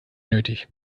nötig